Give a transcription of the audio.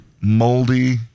moldy